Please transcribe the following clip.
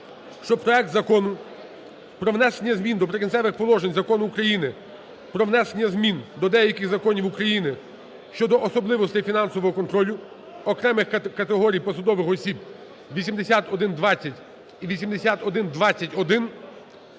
що проект Закону про внесення змін до "Прикінцевих положень" Закону України "Про внесення змін до деяких Законів України щодо особливостей фінансового контролю окремих категорій посадових осіб" (8120 і 8121)